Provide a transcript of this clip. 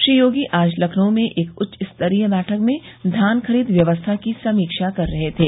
श्री योगी आज लखनऊ में एक उच्चस्तरीय बैठक में धान खरीद व्यवस्था की समीक्षा कर रहे थे